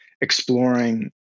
exploring